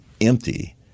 empty